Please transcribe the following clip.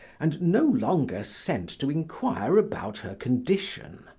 and no longer sent to inquire about her condition,